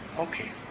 Okay